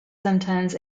sometimes